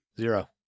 Zero